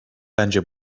bence